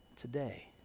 today